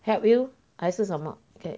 help you 还是什么